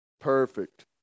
Perfect